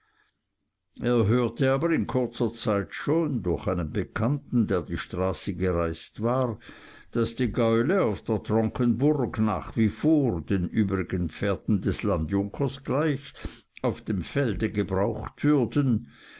er hörte aber in kurzer zeit schon durch einen bekannten der die straße gereiset war daß die gaule auf der tronkenburg nach wie vor den übrigen pferden des landjunkers gleich auf dem felde gebraucht würden